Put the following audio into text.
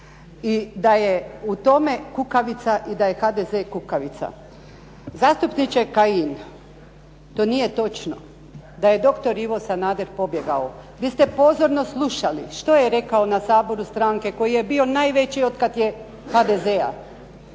i da je u tome kukavica i da je HDZ kukavica. Zastupniče Kajin to nije točno. Da je doktor Ivo Sanader pobjegao. Vi ste pozorno slušali što je rekao na saboru stranke koji je bio najveći oda kada je HDZ-a.